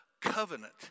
covenant